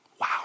Wow